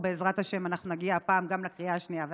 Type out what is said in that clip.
ובעזרת השם אנחנו נגיע הפעם גם לקריאה השנייה והשלישית.